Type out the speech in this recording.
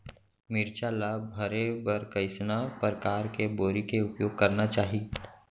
मिरचा ला भरे बर कइसना परकार के बोरी के उपयोग करना चाही?